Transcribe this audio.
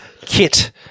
Kit